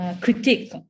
Critique